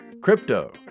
Crypto